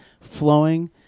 flowing